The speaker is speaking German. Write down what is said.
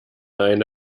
eine